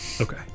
Okay